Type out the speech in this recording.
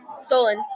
stolen